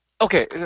Okay